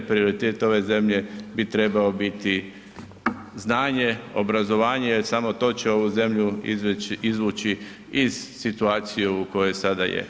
Prioritet ove zemlje bi trebao biti znanje, obrazovanje jer samo to će ovu zemlju izvući iz situacije u kojoj sada je.